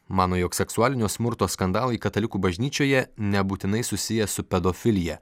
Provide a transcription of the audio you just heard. mano jog seksualinio smurto skandalai katalikų bažnyčioje nebūtinai susiję su pedofilija